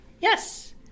Yes